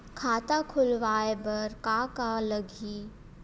खाता खुलवाय बर का का लगही?